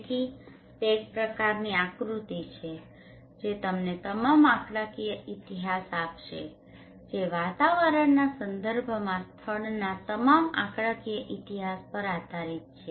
તેથી તે એક પ્રકારની આકૃતિ છે જે તમને તમામ આંકડાકીય ઇતિહાસ આપશે જે વાતાવરણના સંદર્ભમાં સ્થળના તમામ આંકડાકીય ઇતિહાસ પર આધારિત છે